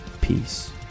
Peace